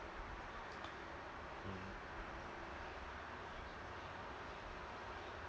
mm